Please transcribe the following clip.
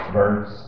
verse